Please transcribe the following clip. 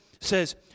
says